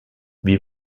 wie